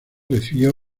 recibió